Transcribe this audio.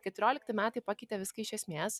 keturiolikti metai pakeitė viską iš esmės